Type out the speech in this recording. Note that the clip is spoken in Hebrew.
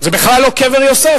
זה בכלל לא קבר יוסף.